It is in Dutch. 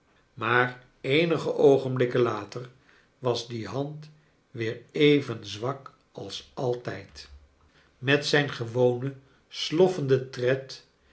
maar eenige oogenblikken later was die hand weer even zwak als altijd charles dickens met zijn gewonen sloffenden tred